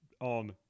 on –